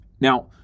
Now